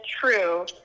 true